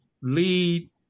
lead